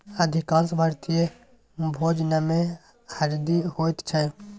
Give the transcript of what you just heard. अधिकांश भारतीय भोजनमे हरदि होइत छै